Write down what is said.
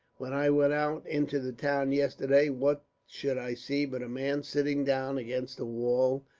when i went out into the town yesterday, what should i see but a man sitting down against a wall,